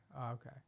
Okay